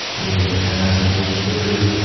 elizabeth hansen, age thirty,